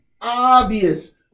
obvious